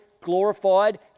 glorified